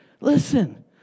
listen